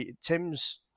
Tim's